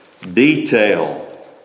Detail